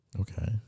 Okay